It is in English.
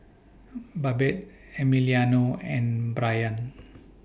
Babette Emiliano and Brayan